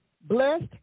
blessed